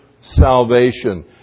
salvation